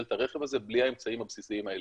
את הרכב הזה בלי האמצעים הבסיסיים האלה.